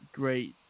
great